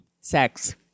Sex